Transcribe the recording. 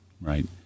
Right